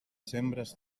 sembres